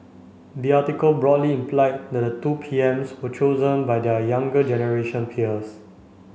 the article broadly implied that the two PMs were chosen by their younger generation peers